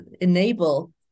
enable